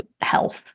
health